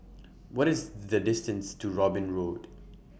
What IS The distance to Robin Road